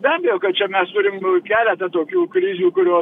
be abejo kad čia mes turim keletą tokių krizių kurios